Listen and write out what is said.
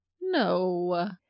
No